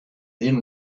then